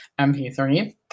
MP3